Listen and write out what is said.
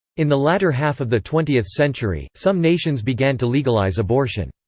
in the latter half of the twentieth century, some nations began to legalize abortion.